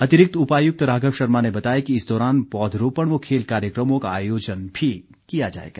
अतिरिक्त उपायुक्त राघव शर्मा ने बताया कि इस दौरान पौधरोपण व खेल कार्यक्रमों का आयोजन भी किया जाएगा